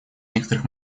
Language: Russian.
некоторых